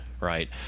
right